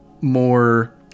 more